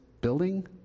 building